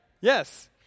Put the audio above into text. Yes